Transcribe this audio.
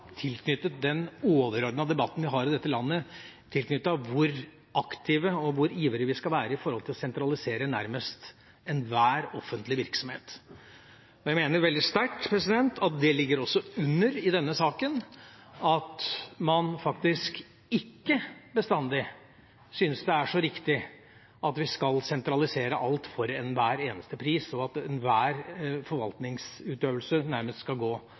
den overordnede debatten vi har i dette landet om hvor aktive og hvor ivrige vi skal være i å sentralisere nærmest enhver offentlig virksomhet. Jeg mener veldig sterkt at det ligger under også i denne saken, at man ikke bestandig syns det er riktig at vi skal sentralisere alt for enhver pris, og at enhver forvaltningsutøvelse nærmest skal gå